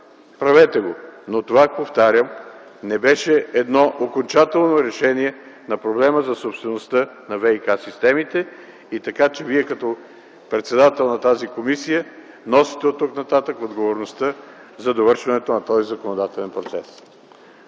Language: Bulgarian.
правете го. Но това, повтарям, не беше едно окончателно решение на проблема за собствеността на ВиК-системите. Така че Вие, като председател на тази комисия, носите оттук нататък отговорността за довършването на този законодателен процес.